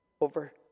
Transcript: over